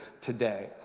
today